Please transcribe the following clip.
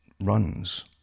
runs